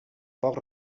foc